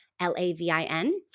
L-A-V-I-N